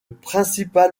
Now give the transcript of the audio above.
principal